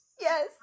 Yes